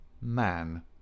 man